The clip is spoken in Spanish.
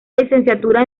licenciatura